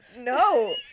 No